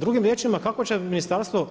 Drugim riječima, kako će Ministarstvo